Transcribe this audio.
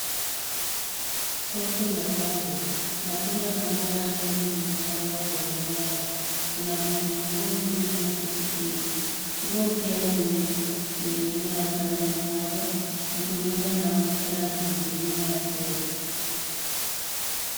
Soko la wazi. Matunda na mboga nyingi zimepangwa kwenye meza. Kuna vitunguu, ndizi na pilipili. Nguo pia zimening'inia upande mmoja. Mtu mmoja anaonekana akihudumia wateja.